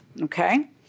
Okay